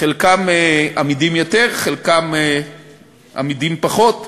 חלקם אמידים יותר, חלקם אמידים פחות,